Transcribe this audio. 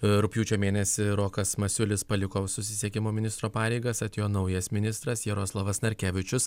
rugpjūčio mėnesį rokas masiulis paliko susisiekimo ministro pareigas atėjo naujas ministras jaroslavas narkevičius